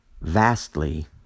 vastly